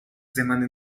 demanded